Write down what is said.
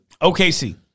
OKC